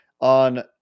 on